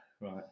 Right